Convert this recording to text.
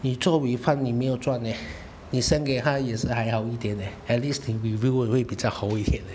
你做 refund 你没有赚诶你 send 给他也是还好一点诶 at least 你的 review 也会比较好一点诶